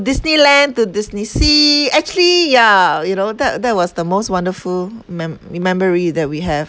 disneyland to disneysea actually yeah you know that that was the most wonderful me~ memory that we have